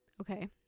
Okay